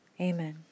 Amen